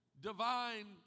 divine